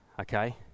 okay